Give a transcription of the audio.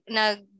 nag